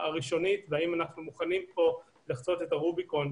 הראשונית: האם אנחנו מוכנים לחצות את הרוביקון.